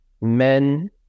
men